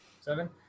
seven